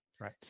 Right